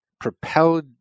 propelled